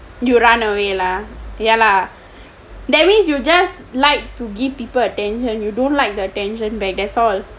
you run away lah ya lah that means you just like to get people attention you don't like the attention back that's all